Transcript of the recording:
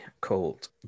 called